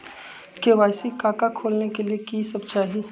KYC का का खोलने के लिए कि सब चाहिए?